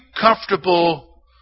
comfortable